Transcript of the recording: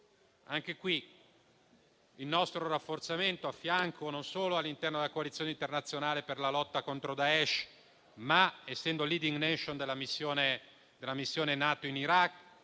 importante il nostro rafforzamento non solo all'interno della coalizione internazionale per la lotta contro Daesh. Essendo *leading nation* della missione NATO in Iraq,